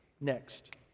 next